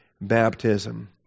baptism